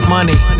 Money